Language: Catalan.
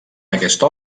aquesta